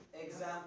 example